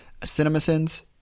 CinemaSins